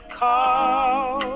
call